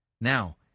Now